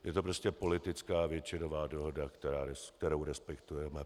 Je to prostě politická většinová dohoda, kterou respektujeme.